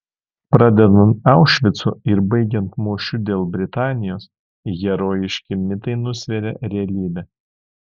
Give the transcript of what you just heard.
pradedant aušvicu ir baigiant mūšiu dėl britanijos herojiški mitai nusveria realybę